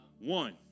one